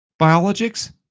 Biologics